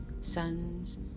sons